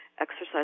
exercise